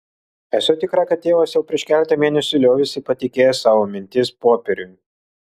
esu tikra kad tėvas jau prieš keletą mėnesių liovėsi patikėjęs savo mintis popieriui